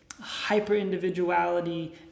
hyper-individuality